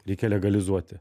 reikia legalizuoti